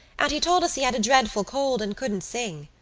and he told us he had a dreadful cold and couldn't sing.